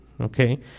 Okay